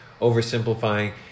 oversimplifying